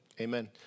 Amen